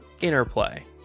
interplay